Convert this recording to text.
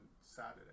Saturday